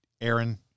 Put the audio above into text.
Aaron